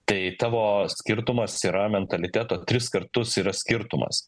tai tavo skirtumas yra mentaliteto tris kartus yra skirtumas